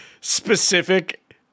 specific